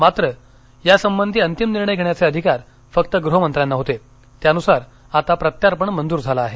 मात्र यासबंधी अंतिम निर्णय घेण्याचे अधिकार फक्त गृहमंत्र्यांना होते त्यानुसार आता प्रत्यार्पण मंजूर झालं आहे